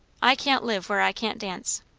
i can't live where i can't dance.